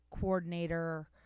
coordinator